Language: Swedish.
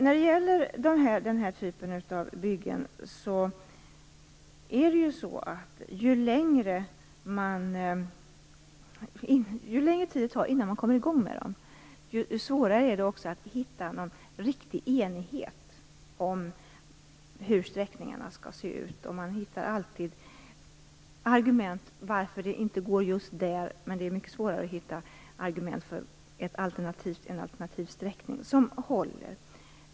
Ju längre tid det tar innan man kommer i gång med den här typen av byggen, desto svårare är det att hitta någon riktig enighet om hur sträckningarna skall se ut. Man hittar alltid argument för varför det inte går på ett visst ställe. Men det är mycket svårare att hitta argument för en alternativ sträckning som håller.